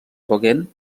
gauguin